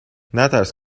نترس